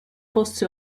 fosse